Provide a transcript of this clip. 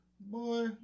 Boy